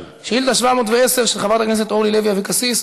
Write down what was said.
שאילתה 710 של חברת הכנסת אורלי לוי אבקסיס,